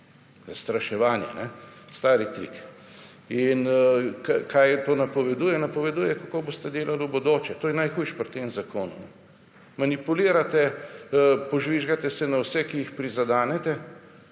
zastraševanje javnosti, stari trik. Kaj to napoveduje? Napoveduje kako boste delali v bodoče. To je najhujše pri tem zakonu. Manipulirate, požvižgate se na vse, ki jih prizadenete